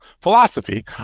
philosophy